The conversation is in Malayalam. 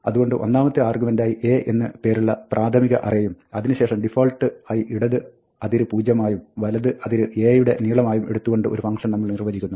അതുകൊണ്ട് ഒന്നാമത്തെ ആർഗ്യുമെന്റായി A എന്ന് പേരുള്ള പ്രാഥമിക അറേയും അതിനുശേഷം ഡിഫാൾട്ടായി ഇടത് അതിര് പൂജ്യമായും വലത് അതിര് A യുടെ നീളമായും എടുത്തുകൊണ്ട് ഒരു ഫംഗ്ഷൻ നമ്മൾ നിർവ്വചിക്കുന്നു